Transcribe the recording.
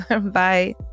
Bye